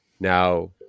Now